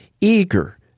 eager